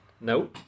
No